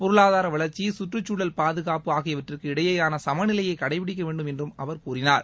பொருளாதார வளர்ச்சி சுற்றுச் சூழல் பாதுகாப்பு ஆகியவற்றிற்கு இடையேயான சமநிலையை கடைபிடிக்க வேண்டும் என்றும் அவர் கூறினார்